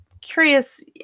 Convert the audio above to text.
curious